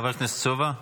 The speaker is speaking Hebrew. חבר הכנסת סובה.